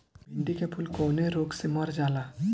भिन्डी के फूल कौने रोग से मर जाला?